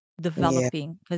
developing